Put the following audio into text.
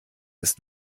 ist